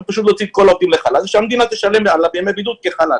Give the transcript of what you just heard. הם פשוט להוציא את כל העובדים לחל"ת ושהמדינה תשלם על ימי בידוד כחל"ת.